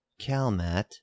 Calmat